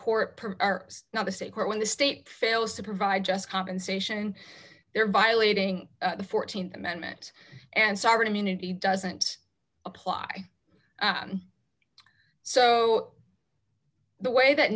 court are now the state court when the state fails to provide just compensation they're violating the th amendment and sovereign immunity doesn't apply so the way that